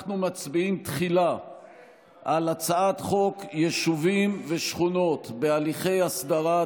אנחנו מצביעים תחילה על הצעת חוק יישובים ושכונות בהליכי הסדרה,